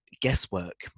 guesswork